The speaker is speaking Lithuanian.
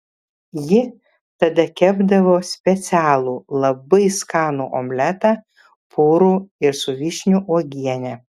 ji tada kepdavo specialų labai skanų omletą purų ir su vyšnių uogiene